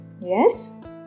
yes